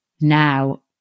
now